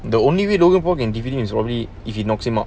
the only way logan paul can defeat him is only if he knocked him out